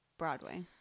broadway